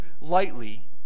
lightly